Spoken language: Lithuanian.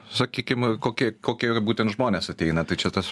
sakykim kokie kokie būtent žmonės ateina tai čia tas